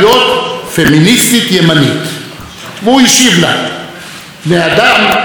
הוא השיב לה: בני אדם אינם קוהרנטיים בדעותיהם.